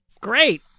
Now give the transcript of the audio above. Great